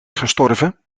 gestorven